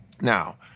Now